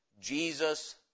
Jesus